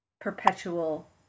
perpetual